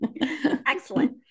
Excellent